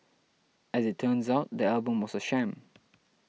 as it turns out the album was a sham